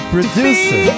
producer